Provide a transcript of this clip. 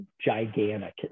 gigantic